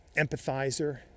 empathizer